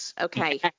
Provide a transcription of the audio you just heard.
Okay